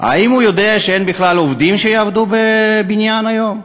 האם הוא יודע שאין בכלל עובדים שיעבדו בבניין היום?